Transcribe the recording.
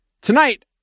tonight